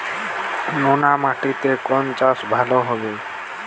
নোনা মাটিতে কোন চাষ ভালো হবে?